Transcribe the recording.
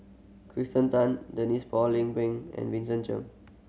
Kirsten Tan Denise Phua Lay and Vincent